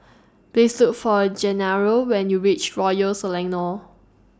Please Look For Gennaro when YOU REACH Royal Selangor